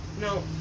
no